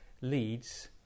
leads